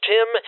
Tim